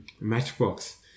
matchbox